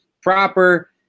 proper